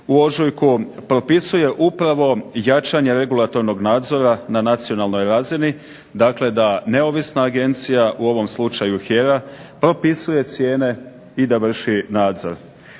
u ožujku, propisuje upravo jačanje regulatornog nadzora na nacionalnoj razini, dakle da neovisna agencija, u ovom slučaju HERA propisuje cijene i da vrši nadzor.